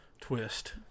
twist